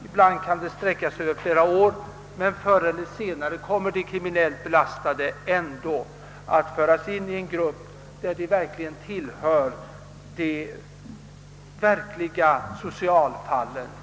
Ibland kan de sträcka sig över flera år, men förr eller senare kommer de kriminellt belastade ändå att föras in i en grupp där de kommer att tillhöra de verkliga socialfallen.